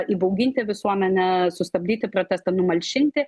įbauginti visuomenę sustabdyti protestą numalšinti